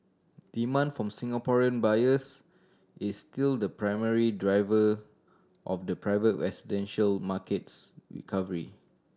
demand from Singaporean buyers is still the primary driver of the private residential market's recovery